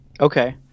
Okay